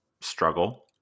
struggle